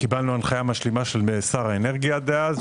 קיבלנו הנחיה משלימה של שר האנרגיה דאז,